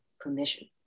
Permission